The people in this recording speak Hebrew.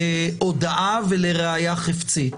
לשתיהן,